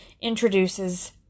introduces